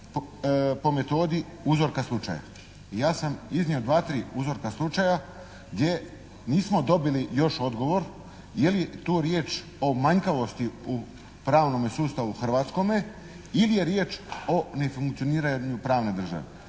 po metodi uzorka slučaja i ja sam iznio dva, tri uzorka slučaja gdje nismo dobili još odgovor je li tu riječ o manjkavosti u pravnome sustavu hrvatskome ili je riječ o nefunkcioniranju pravne države.